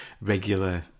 regular